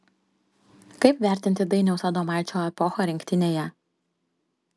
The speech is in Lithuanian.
kaip vertinti dainiaus adomaičio epochą rinktinėje